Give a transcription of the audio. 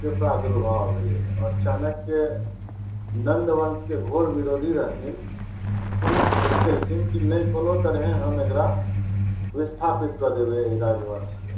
के प्रादुर्भाव भेलै आओर चाणक्य नन्द वंशके घोर विरोधी रहथिन ओ निश्चित कयलखिन कि नहि कोनो तरहे हम एकरा विस्थापित कऽ देबै एहि राजवंशकेँ